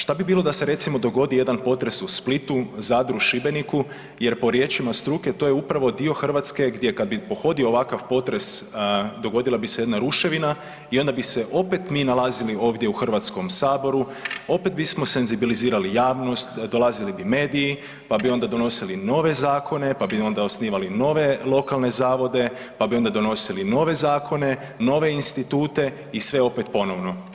Šta bi bilo recimo da se dogodi jedan potres u Splitu, Zadru, Šibeniku jer po riječima struke to je upravo dio Hrvatske gdje kada bi pohodio ovakav potres dogodila bi se jedna ruševina i onda mi se opet mi nalazili ovdje u HS-u opet bi senzibilizirali javnost, dolazili bi mediji pa bi onda donosili nove zakone, pa bi onda osnivali nove lokalne zavode, pa bi donosili nove zakone, nove institute i sve opet ponovno.